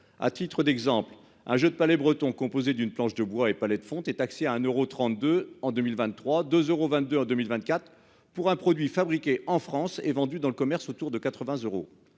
À titre d'exemple un jeu de palets bretons composé d'une planche de bois et palais de fond est taxé à un euros 32 en 2023, 2 euros 22 en 2024 pour un produit fabriqué en France et vendu dans le commerce autour de 80